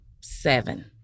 seven